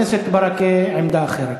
חבר הכנסת ברכה, עמדה אחרת.